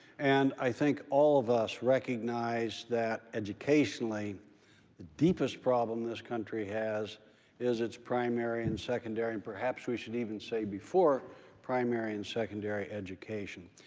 and i think all of us recognize that educationally, the deepest problem in this country has is its primary and secondary, and perhaps we should even say before primary and secondary education.